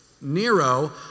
Nero